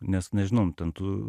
nes nežinom ten tų